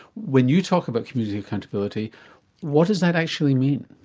when you talk about community accountability what does that actually mean?